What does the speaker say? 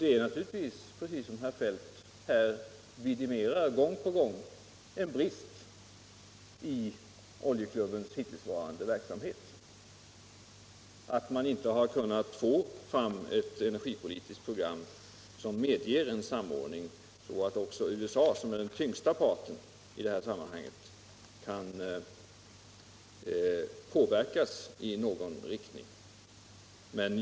Det är naturligtvis, precis som herr Feldt här vidimerar gång på gång, en brist i Oljeklubbens hittillsvarande verksamhet att man inte har kunnat få fram sådana energipolitiska program som medger en samordning så att också USA, som är den tyngsta parten i detta sammanhang, måste ta hänsyn till energiförbrukningsnivån.